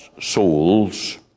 souls